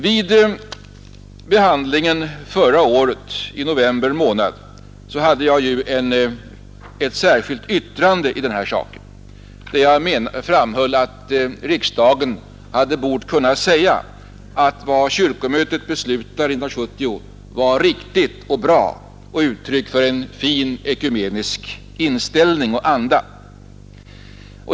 Vid frågans behandling i november månad förra året hade jag ett särskilt yttrande i denna sak. Jag framhöll där att riksdagen hade bort kunna säga att vad kyrkomötet beslutade 1970 var riktigt och bra och uttryck för en fin ekumenisk inställning och anda.